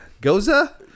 Goza